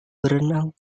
berenang